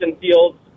Fields